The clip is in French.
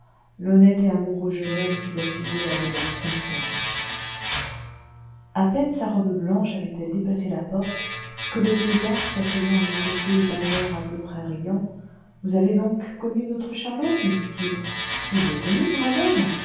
l'honnête et amoureux jeune homme qui la suivait avait l'air consterné illustration le père et la mère à peine sa robe blanche avait-elle dépassé la porte que le vieillard s'asseyant à mes côtés et d'un air à peu près riant vous avez donc connu notre charlot me dit-il si je l'ai connu brave